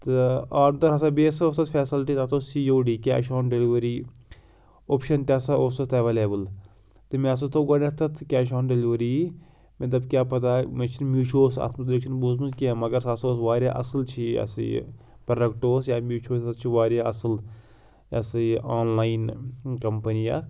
تہٕ آڈَر ہَسا بیٚیہِ ہَسا اوس اَتھ فیسلٹی تَتھ اوس C O D cash on delivery option تہِ ہَسا اوس اَتھ اٮ۪ویلیبٕل تہٕ مےٚ ہَسا تھوٚو گۄڈٕنٮ۪تھ تَتھ کیش آن ڈِلؤری مےٚ دوٚپ کیٛاہ پَتہ مےٚ چھِںہٕ میٖشووَس اَتھ متعلق چھِنہٕ بوٗزمُت کینٛہہ مگر سُہ ہَسا اوس واریاہ اَصٕل چھِ یہِ ہَسا یہِ پرٛوٚڈکٹ اوس یا میٖشوٗ ہَسا چھِ واریاہ اَصٕل یہِ ہَسا یہِ آنلاین کَمپٔنی اَکھ